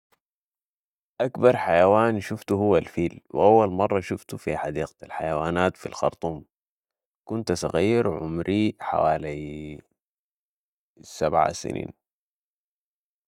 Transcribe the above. اكبر حيوان شفتو هو الفيل واول مره شفته في حديقه الحيوانات في الخرطوم كنت صغير عمرى حوالي سبعه سنين